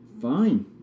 Fine